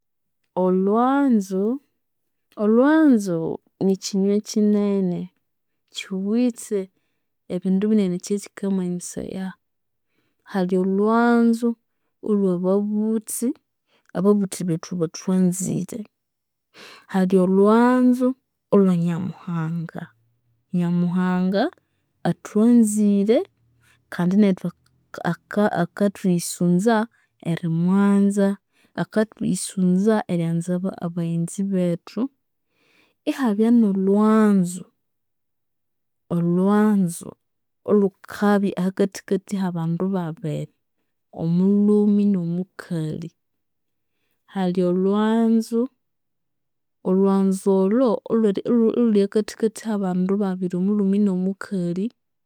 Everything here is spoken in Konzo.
Olhwanzu, olhwanzu nikyinywe kyinene, kyiwithe ebindu binene ekyakyikamanyisaya. Hali olhwanzu olhwababuthi, ababuthi bethu bathwanzire. Hali olhwanzu olhwanyamuhanga, nyamuhanga athwanzire kandi nethu aka- akathuyisunza erimwanza, akathuyisunza eryanza baghenzi bethu, ihabya nolhwanzu, olhwanzu olhukabya ahakathikathi akabandu babiri, omulhume nomukali. Hali olhwanzu, olhwanzu olho olhu olhuli ahakathikathi komulhume numukali